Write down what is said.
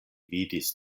vidis